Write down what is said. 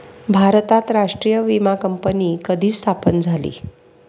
भारतात राष्ट्रीय विमा कंपनी कधी स्थापन झाली?